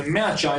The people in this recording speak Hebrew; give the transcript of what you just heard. ומה-19,